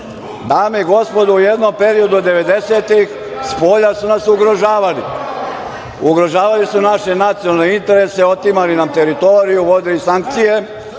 dame i gospodo, u jednom periodu od 90-ih spolja su nas ugrožavali. Ugrožavali su naše nacionalne interese, otimali nam teritoriju i uvodili sankcije. Dame